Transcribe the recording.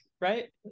right